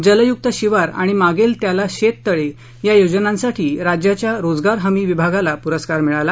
जलयुक्त शिवार आणि मागेल त्याला शेततळे या योजनासाठी राज्याच्या रोजगार हमी विभागाला पुरस्कार मिळाला